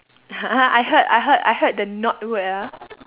I heard I heard I heard the not word ah